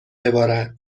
ببارد